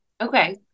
Okay